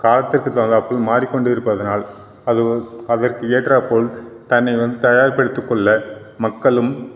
காலத்திற்கு தகுந்தாற்போல் போல் மாறிக்கொண்டு இருப்பதனால் அது ஒ அதற்கு ஏற்றார் போல் தன்னை வந்து தயார்படுத்திக்கொள்ள மக்களும்